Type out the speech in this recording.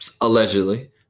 Allegedly